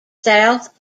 south